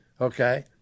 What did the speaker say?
Okay